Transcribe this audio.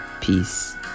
peace